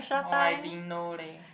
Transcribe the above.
!wah! I didn't know leh